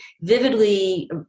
vividly